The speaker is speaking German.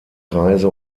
kreise